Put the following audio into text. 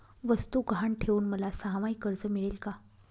वस्तू गहाण ठेवून मला सहामाही कर्ज मिळेल का?